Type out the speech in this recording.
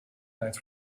tijd